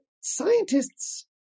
scientists